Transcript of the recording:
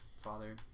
Father